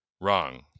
wrong